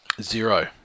Zero